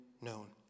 known